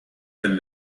and